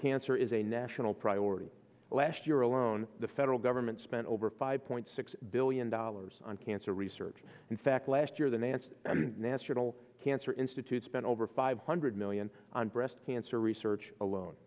cancer is a national priority last year alone the federal government spent over five point six billion dollars on cancer research in fact last year the nantz national cancer institute spent over five hundred million on breast cancer research alone